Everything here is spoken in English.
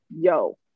yo